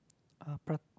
uh pra~